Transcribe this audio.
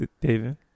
David